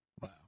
Wow